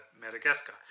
Madagascar